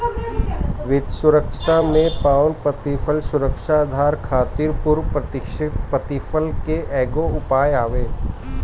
वित्त में सुरक्षा पअ प्रतिफल सुरक्षाधारक खातिर पूर्व प्रत्याशित प्रतिफल के एगो उपाय हवे